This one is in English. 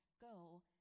go